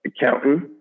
Accountant